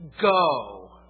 go